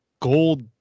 gold